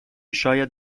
شاید